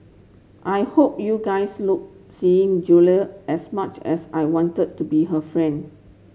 I hope you guys look seeing Julia as much as I wanted to be her friend